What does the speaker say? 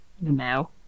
No